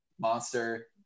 Monster